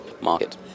market